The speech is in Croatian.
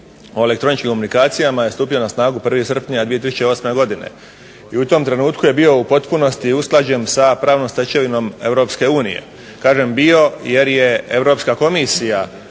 o elektroničkim komunikacijama je stupio na snagu 1. srpnja 2008. godine i u tom trenutku je bio u potpunosti usklađen sa pravnom stečevinom Europske unije. Kažem bio jer je Europska komisija